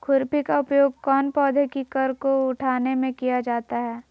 खुरपी का उपयोग कौन पौधे की कर को उठाने में किया जाता है?